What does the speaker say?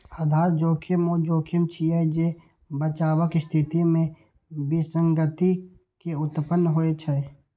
आधार जोखिम ऊ जोखिम छियै, जे बचावक स्थिति मे विसंगति के उत्पन्न होइ छै